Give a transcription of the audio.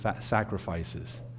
sacrifices